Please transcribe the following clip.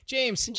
James